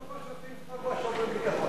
כל פעם, משהו, אומרים: ביטחון.